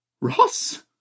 Ross